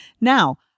Now